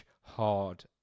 hard